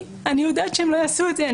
אני יודעת שהם לא יעשו את זה.